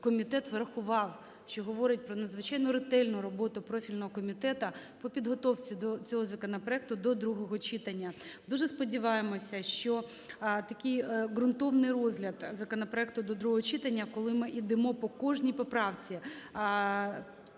комітет врахував, що говорить про надзвичайно ретельну роботу профільного комітету по підготовці цього законопроекту до другого читання. Дуже сподіваємося, що такий ґрунтовний розгляд законопроекту до другого читання, коли ми ідемо по кожній поправці,